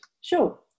Sure